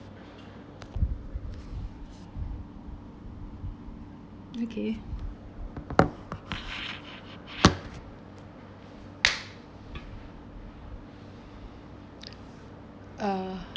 okay uh